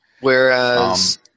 Whereas